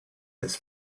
his